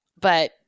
But-